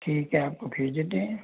ठीक है आपको भेज देते हैं